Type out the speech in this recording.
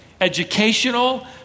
educational